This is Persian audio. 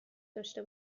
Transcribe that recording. داشته